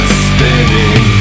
spinning